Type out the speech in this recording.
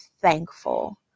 thankful